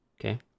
Okay